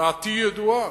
דעתי ידועה,